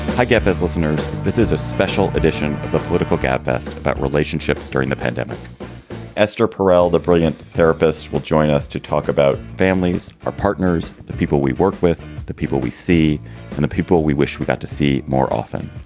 i get his listeners. this is a special edition of the political gabfest about relationships during the pandemic esther perel, the brilliant therapist, will join us to talk about families, our partners, the people we work with, the people we see and the people we wish we got to see more often.